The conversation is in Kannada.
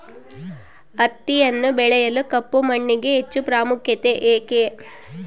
ಹತ್ತಿಯನ್ನು ಬೆಳೆಯಲು ಕಪ್ಪು ಮಣ್ಣಿಗೆ ಹೆಚ್ಚು ಪ್ರಾಮುಖ್ಯತೆ ಏಕೆ?